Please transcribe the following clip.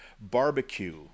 barbecue